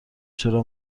چرا